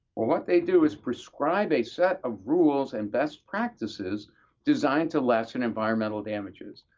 what they do is prescribe a set of rules and best practices designed to lessen environmental damages.